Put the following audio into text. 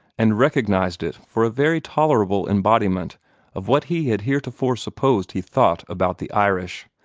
and recognized it for a very tolerable embodiment of what he had heretofore supposed he thought about the irish.